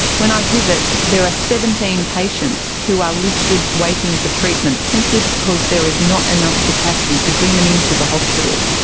when i visit there are seventeen patients who are listed waiting for treatment simply because there is not enough capacity to bring them into the hospital.